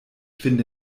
finde